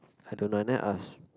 I don't know then I ask